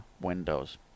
windows